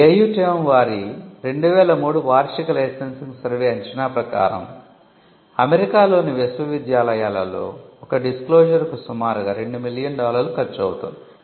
ఇప్పుడు AUTM వారి 2003 వార్షిక లైసెన్సింగ్ సర్వే అంచనా ప్రకారం అమెరికాలోని విశ్వవిద్యాలయాలలో ఒక డిస్క్లోషర్ కు సుమారుగా 2 మిలియన్ డాలర్లు ఖర్చు అవుతుంది